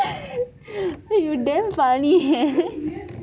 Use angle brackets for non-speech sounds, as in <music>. wait you deaf ah நீ:ni <laughs>